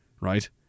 right